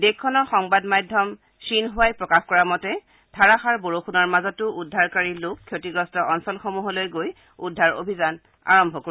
দেশখনৰ সংবাদ মাধ্যম খ্বিনছৱাই প্ৰকাশ কৰা মতে ধাৰাষাৰ বৰষূণৰ মাজতো উদ্ধাৰকাৰী লোক ক্ষতিগ্ৰস্ত অঞ্চলসমূহলৈ গৈ উদ্ধাৰ অভিযান আৰম্ভ কৰে